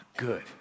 good